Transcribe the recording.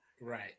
Right